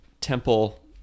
temple